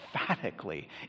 emphatically